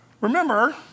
Remember